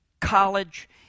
college